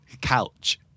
Couch